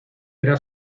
era